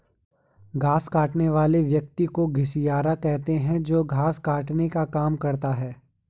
घास काटने वाले व्यक्ति को घसियारा कहते हैं जो घास काटने का काम करता है